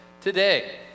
today